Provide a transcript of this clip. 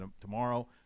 tomorrow